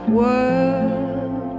world